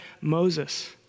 Moses